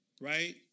right